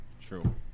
True